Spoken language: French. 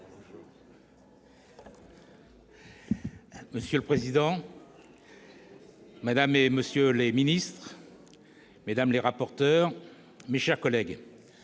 Monsieur le président, madame, monsieur les ministres, mesdames les rapporteurs, mes chers collègues,